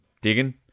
Digging